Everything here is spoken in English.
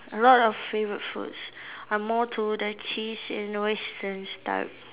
a lot of favourite food I'm more to the cheese and Western style